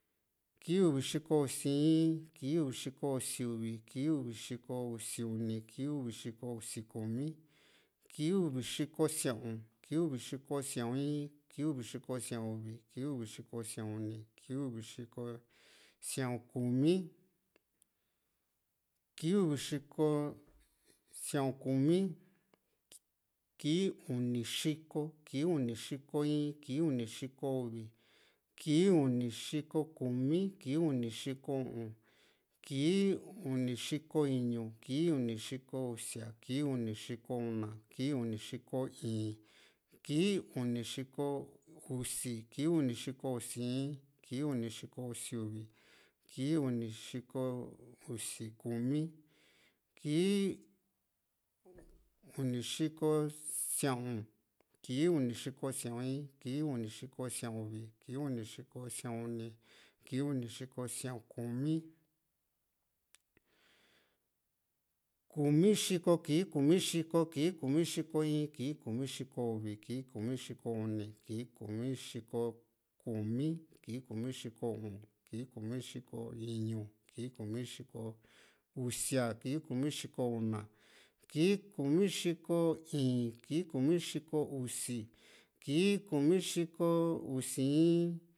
kii uvi xiko usi in, kii uvi xiko usi uvi, kii uvi xiko usi uni, kii uvi xiko usi kumi, kii uvi xiko sia´un, kii uvi xiko sia´un in, kii uvi xiko sia´un uni, kii uvi xiko sia´un kumi, kii uvi xiko sia´un kumi, kii uni xiko, kii uni xiko in, kii uni xiko uvi, kii uni xiko kumi, kii uni xiko u´un, kii uni xiko iñu, kii uni xiko usia, kii uni xiko una, kii uni xiko íín, kii uni xiko usi, kii uni xiko usi in, kii uni xiko usi uvi, kii uni xiko usi kumi, kii uni xiko sia´un kii uni xiko sia´un in, kii uni xiko sia´un uvi, kii uni xiko sia´un uni, kii uni xiko sia´un kumi, kumi xiko kii, kumi xiko kii, kumi xiko in kii, kumi xiko uvi kii, kumi xiko uni kii, kumi xiko kumi kii, kumi xiko u´un kii, kumi xiko iu kii, kumi xiko usia kii, kumi xiko una kii, kumi xiko íín kii, kumi xiko usi kii, kumi xiko usi in